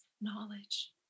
knowledge